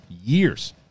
years